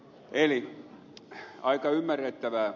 eli aika ymmärrettävää